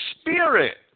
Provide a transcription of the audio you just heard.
spirit